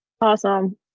Awesome